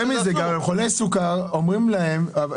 חבל שאלכס עכשיו יצא שבה נעשים הדברים,